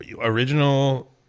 original